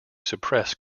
suppress